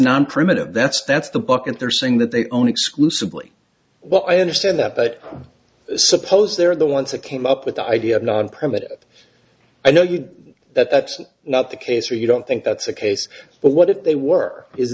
non primitive that's that's the book and they're saying that they own exclusively well i understand that but i suppose they're the ones that came up with the idea of non primitive i know you that that's not the case or you don't think that's the case but what if they work is